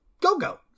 Gogo